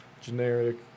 generic